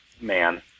man